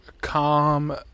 calm